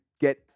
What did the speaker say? get